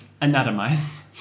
anatomized